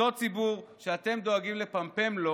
אותו ציבור שאתם דואגים לפמפם לו